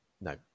no